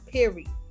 Period